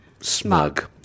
smug